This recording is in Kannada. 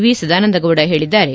ವಿ ಸದಾನಂದಗೌಡ ಹೇಳಿದ್ದಾರೆ